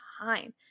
time